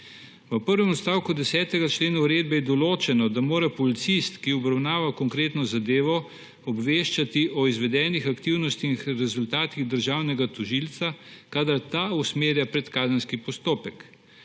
V prvem odstavku 10. člena uredbe je določeno, da mora policist, ki obravnava konkretno zadevo, obveščati o izvedenih aktivnostih in rezultatih državnega tožilca, kadar ta usmerja predkazenski postopek.